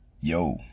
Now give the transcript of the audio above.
Yo